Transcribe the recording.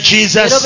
Jesus